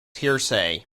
hearsay